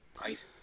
Right